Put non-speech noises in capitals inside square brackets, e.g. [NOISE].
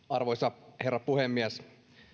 [UNINTELLIGIBLE] arvoisa herra puhemies